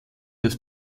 des